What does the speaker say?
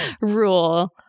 rule